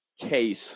case